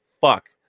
fuck